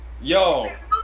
Yo